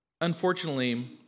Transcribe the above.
unfortunately